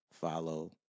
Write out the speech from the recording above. follow